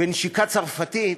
בנשיקה צרפתית,